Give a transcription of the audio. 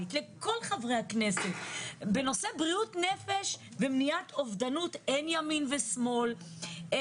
ובבריאות הנפש אני חושב שזה